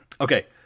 okay